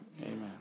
amen